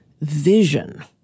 vision